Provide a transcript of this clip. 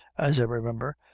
as i remember,